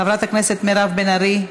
חברת הכנסת מירב בן ארי,